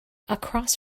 across